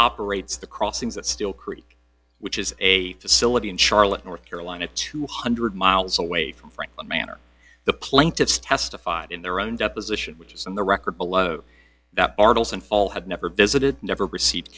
operates the crossings that still creek which is a facility in charlotte north carolina two hundred miles away from franklin manor the plaintiffs testified in their own deposition which is in the record below that bartle's and all have never visited never received